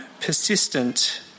persistent